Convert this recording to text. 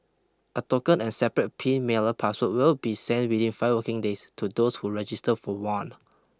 a token and separate pin mailer password will be sent within five working days to those who register for one